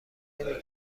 نمی